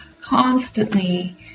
constantly